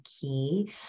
key